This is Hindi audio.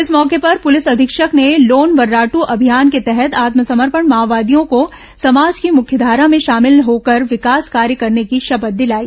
इस मौके पर पुलिस अधीक्षक ने लोन वर्रादू अभियान के तहत आत्मसमर्षित माओवादियों को समाज की मुख्यधारा में शामिल होकर विकास कार्य करने की शपथ दिलाई